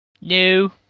No